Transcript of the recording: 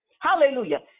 hallelujah